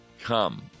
come